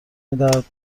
میدهد